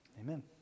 Amen